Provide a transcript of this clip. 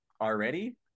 already